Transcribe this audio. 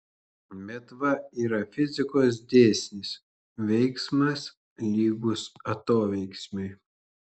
bet va yra fizikos dėsnis veiksmas lygus atoveiksmiui